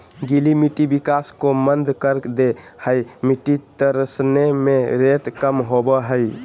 गीली मिट्टी विकास को मंद कर दे हइ मिटटी तरसने में रेत कम होबो हइ